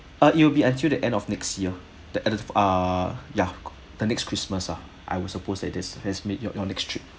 uh it'll be until the end of next year at the ah ya the next christmas ah I would suppose that that's that's make your your next trip